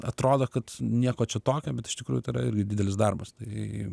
atrodo kad nieko čia tokio bet iš tikrųjų tai yra irgi didelis darbas tai